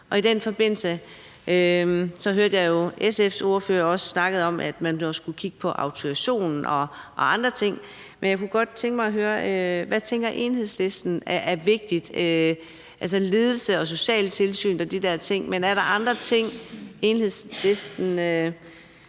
I den forbindelse hørte jeg jo SF's ordfører også snakke om, at man skulle kigge på autorisationen og andre ting. Men jeg kunne godt tænke mig at høre, hvad Enhedslisten tænker er vigtigt. Altså, der er ledelse og socialtilsynet og de der ting, men er der andre ting, Enhedslisten